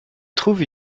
trouve